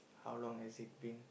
how long has it been